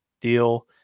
deal